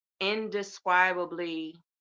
indescribably